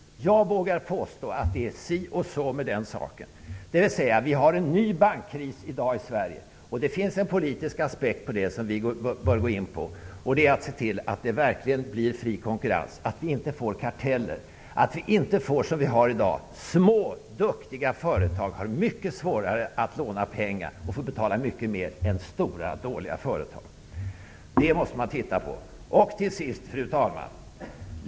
Jag vågar påstå att det är si och så med den saken, dvs. att vi har en ny bankkris i dag i Sverige. Det finns en politisk aspekt på detta som vi bör gå in på, nämligen att se till att det verkligen blir fri konkurrens och att vi inte få karteller. Det får inte bli som i dag, då små duktiga företag har mycket svårare att låna pengar och får betala mycket mer än stora dåliga företag. Detta måste ses över.